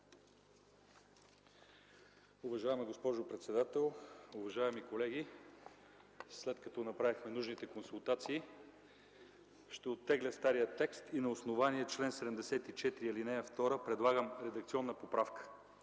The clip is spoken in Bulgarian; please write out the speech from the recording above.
Уважаема госпожо председател, уважаеми колеги! След като направихме нужните консултации, ще оттегля стария текст и на основание чл. 74, ал. 2 предлагам редакционна поправка,